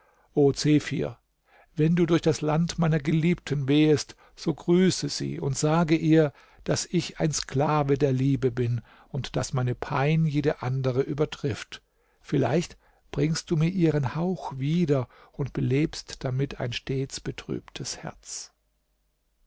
wenn du durch das land meiner geliebten wehest so grüße sie und sage ihr daß ich ein sklave der liebe bin und daß meine pein jede andere übertrifft vielleicht bringst du mir ihren hauch wieder und belebst damit ein stets betrübtes herz